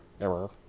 Error